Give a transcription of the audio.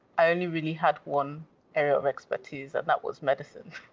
i only really had one area of expertise and that was medicine.